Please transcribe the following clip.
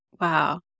Wow